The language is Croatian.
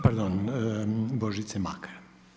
Pardon, Božice Makar.